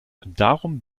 darum